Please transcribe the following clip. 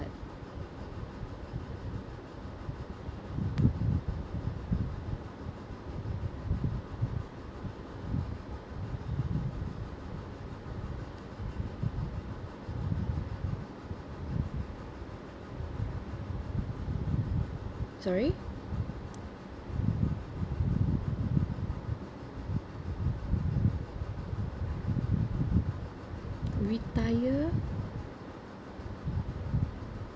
retire